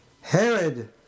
Herod